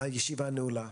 הישיבה נעולה.